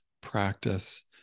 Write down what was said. practice